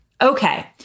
Okay